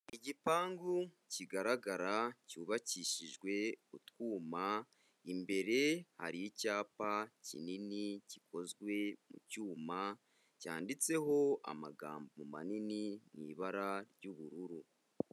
Igipangu kigaragara cyubakishijwe utwuma, imbere hari icyapa kinini gikozwe mu cyuma cyanditseho amagambo manini mu ibara ry'ubururu.